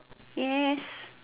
yes